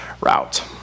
route